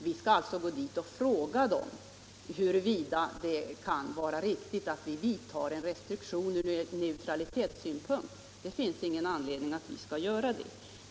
Vi skulle alltså gå dit och fråga huruvida det kan vara riktigt att vi genomför en restriktion från neutralitetssynpunkt. Det finns ingen anledning att vi skall göra det.